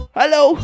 hello